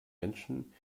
menschen